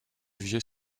vieux